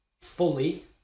fully